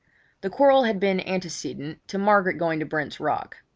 the quarrel had been antecedent to margaret going to brent's rock.